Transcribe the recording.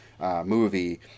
movie